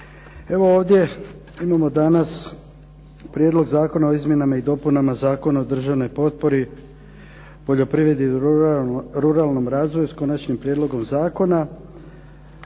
Evo ovdje imamo danas Prijedlog zakona o izmjenama i dopunama Zakona o državnoj potpori poljoprivredi i ruralnom razvoju s Konačnim prijedlogom zakona